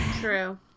True